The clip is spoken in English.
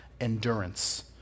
endurance